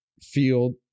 field